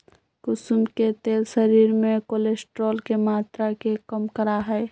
कुसुम के तेल शरीर में कोलेस्ट्रोल के मात्रा के कम करा हई